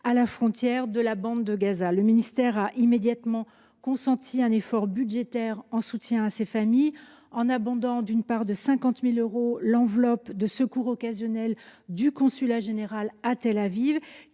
à la frontière de la bande de Gaza. Le ministère a immédiatement consenti un effort budgétaire pour les soutenir, d’abord en abondant de 50 000 euros l’enveloppe de secours occasionnel du consulat général à Tel Aviv.